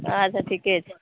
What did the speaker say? अच्छा ठीके छै